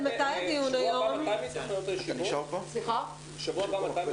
אנחנו נעשה הפסקה עד שהצוות הטכני יתגבר על בעיית הזום.